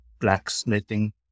blacksmithing